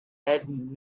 had